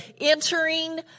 entering